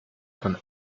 von